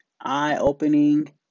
eye-opening